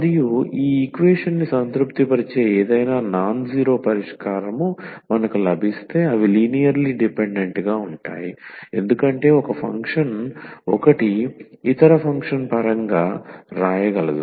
మరియు ఈ ఈక్వేషన్ని సంతృప్తిపరిచే ఏదైనా నాన్ జీరో పరిష్కారం మనకు లభిస్తే అవి లినియర్ లీ డిపెండెంట్ గా ఉంటాయి ఎందుకంటే ఒక ఫంక్షన్ 1 ఇతర ఫంక్షన్ పరంగా వ్రాయగలదు